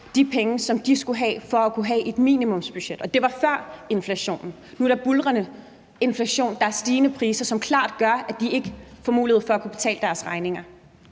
de penge, som de skulle have for at kunne have et minimumsbudget – og det var før inflationen. Nu er der buldrende inflation, der er stigende priser, som klart gør, at de ikke får mulighed for at betale deres regninger.